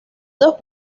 dos